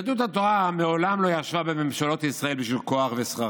יהדות התורה מעולם לא ישבה בממשלות ישראל בשביל כוח ושררה.